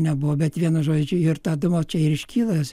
nebuvo bet vienu žodžiu čia ir tada čia ir iškyla jos